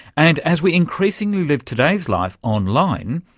and as we increasingly live today's life online,